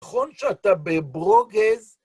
נכון שאתה בברוגז?